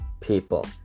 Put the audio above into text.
people